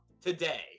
today